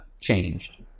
changed